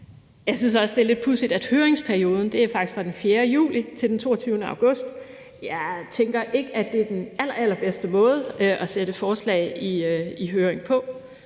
også synes, det er lidt pudsigt, at høringsperioden faktisk var fra den 4. juli til den 22. august. Jeg tænker ikke, at det er den allerallerbedste måde at sende et forslag i høring på.